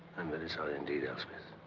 i'm very sorry indeed, elspeth.